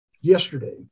yesterday